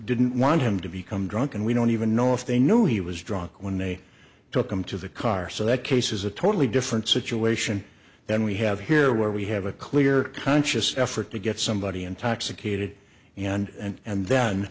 didn't want him to become drunk and we don't even know if they knew he was drunk when they took him to the car so that case is a totally different situation than we have here where we have a clear conscious effort to get somebody intoxicated and and then